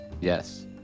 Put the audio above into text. Yes